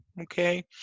Okay